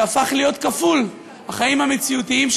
שהפך להיות כפול: החיים המציאותיים,